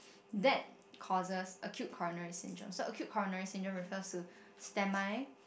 that causes acute coronary syndrome so acute coronary syndrome refers to semi